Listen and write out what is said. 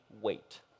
wait